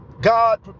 God